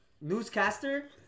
newscaster